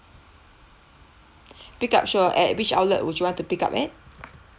pick up sure at which outlet would you want to pick up at